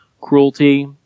cruelty